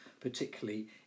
particularly